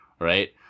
right